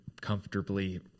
comfortably